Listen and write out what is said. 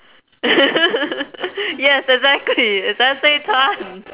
yes exactly it's S A tan